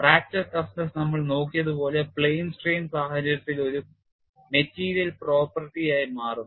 fracture toughness നമ്മൾ നോക്കിയതുപോലെ plane strain സാഹചര്യത്തിൽ ഒരു material property ആയി മാറുന്നു